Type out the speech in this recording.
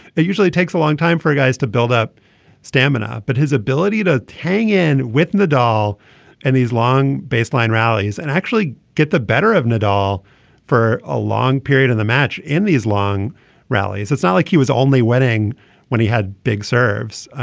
it usually takes a long time for guys to build up stamina. but his ability to hang in with the doll and these long baseline rallies and actually get the better of nadal for a long period in the match in these long rallies it's not like he was only winning when he had big serves. ah